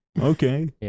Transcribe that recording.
Okay